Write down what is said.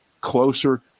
closer